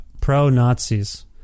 pro-Nazis